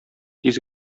тиз